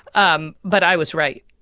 um but i was right